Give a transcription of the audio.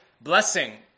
blessing